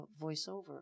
voiceover